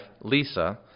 Lisa